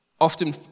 Often